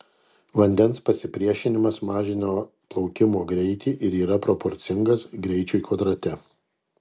vandens pasipriešinimas mažina plaukimo greitį ir yra proporcingas greičiui kvadrate